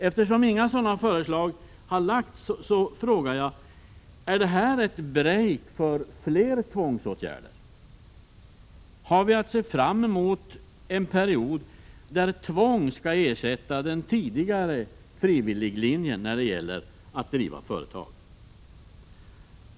Eftersom inga förslag till stimulansåtgärder har lagts fram, frågar jag: Är detta ett slags ”break” för fler tvångsåtgärder? Har vi att se fram emot en period där tvång skall ersätta den tidigare frivilliglinjen när det gäller att driva företag?